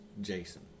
Jason